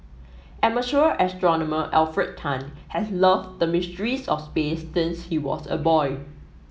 amateur astronomer Alfred Tan has loved the mysteries of space since he was a boy